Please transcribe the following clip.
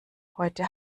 heute